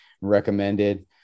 recommended